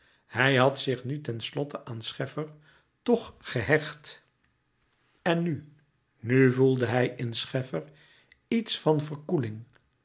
hij had zich nu ten slotte aan scheffer toch gehecht en nu nu voelde hij in scheffer iets van verkoeling